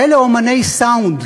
כאלה אמני סאונד,